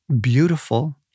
beautiful